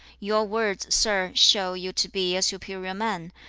your words, sir, show you to be a superior man,